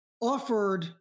offered